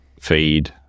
feed